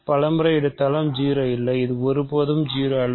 பல முறை எடுத்தாலும் 0 இல்லை அது ஒருபோதும் 0 அல்ல